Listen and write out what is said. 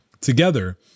Together